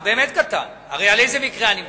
הוא באמת קטן, הרי על איזה מקרה אני מדבר?